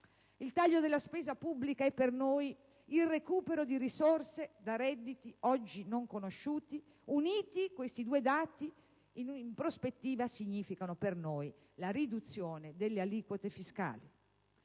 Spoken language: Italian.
il taglio della spesa pubblica e il recupero di risorse da redditi oggi non conosciuti, in prospettiva significano per noi la riduzione delle aliquote fiscali.